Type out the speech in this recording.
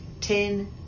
ten